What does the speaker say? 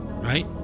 Right